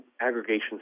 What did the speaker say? aggregations